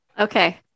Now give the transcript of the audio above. Okay